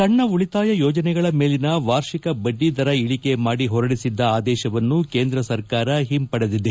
ಸಣ್ಣ ಉಳಿತಾಯ ಯೋಜನೆಗಳ ಮೇಲಿನ ವಾರ್ಷಿಕ ಬಡ್ಡಿ ದರ ಇಳಿಕೆ ಮಾಡಿ ಹೊರಡಿಸಿದ್ದ ಆದೇಶವನ್ನು ಕೇಂದ್ರ ಸರ್ಕಾರ ಹಿಂಪಡೆದಿದೆ